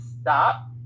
stop